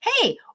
hey